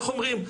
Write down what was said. איך אומרים?